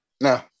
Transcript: No